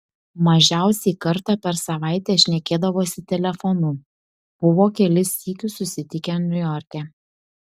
mažiausiai kartą per savaitę šnekėdavosi telefonu buvo kelis sykius susitikę niujorke